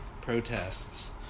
protests